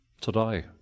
today